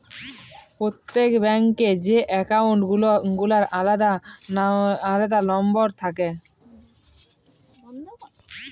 প্রত্যেক ব্যাঙ্ক এ যে একাউল্ট গুলার আলাদা লম্বর থাক্যে